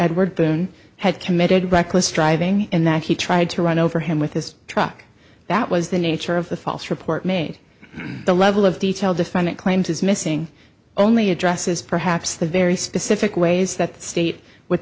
edward boone had committed reckless driving and that he tried to run over him with his truck that was the nature of the false report made the level of detail defendant claims his missing only addresses perhaps the very specific ways that the state would